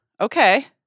Okay